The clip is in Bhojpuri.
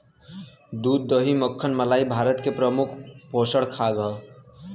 दूध दही मक्खन मलाई भारत क प्रमुख पोषक खाद्य हौ